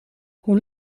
hoe